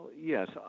Yes